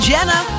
Jenna